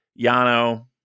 Yano